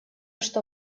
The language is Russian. что